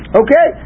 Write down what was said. okay